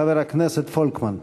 חבר הכנסת פולקמן.